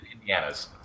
Indiana's